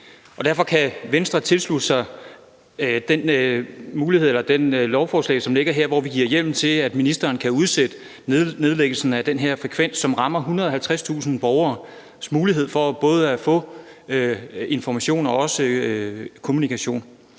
derfor kan Venstre tilslutte sig det lovforslag, som vi behandler her, hvor vi giver hjemmel til, at ministeren kan udsætte nedlæggelsen af den her frekvens, som rammer 150.000 borgeres mulighed for både at få information og følge med i